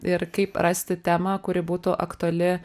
ir kaip rasti temą kuri būtų aktuali